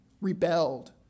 rebelled